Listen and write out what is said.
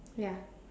ya